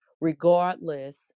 regardless